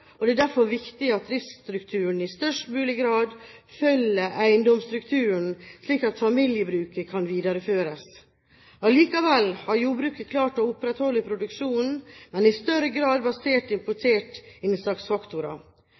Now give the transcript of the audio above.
og det er derfor viktig at driftsstrukturen i størst mulig grad følger eiendomsstrukturen, slik at familiebruket kan videreføres. Allikevel har jordbruket klart å opprettholde produksjonen, men i større grad basert